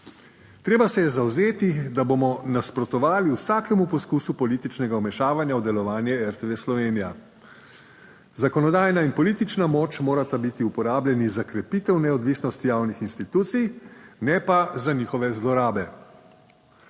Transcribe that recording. Treba se je zavzeti, da bomo nasprotovali vsakemu poskusu političnega vmešavanja v delovanje RTV Slovenija. Zakonodajna in politična moč morata biti uporabljeni za krepitev neodvisnosti javnih institucij, ne pa za njihove zlorabe.